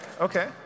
okay